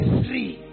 three